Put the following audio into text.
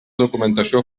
documentació